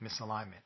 misalignment